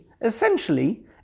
essentially